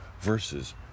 Versus